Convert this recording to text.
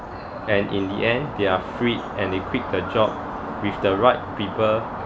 and in the end they are free and they quit the job with the right people